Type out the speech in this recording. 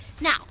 Now